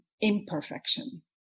imperfection